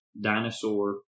dinosaur